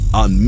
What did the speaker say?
on